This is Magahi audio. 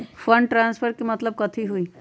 फंड ट्रांसफर के मतलब कथी होई?